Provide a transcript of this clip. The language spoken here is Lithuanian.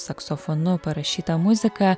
saksofonu parašyta muzika